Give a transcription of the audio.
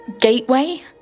Gateway